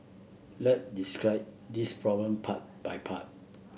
let's this problem part by part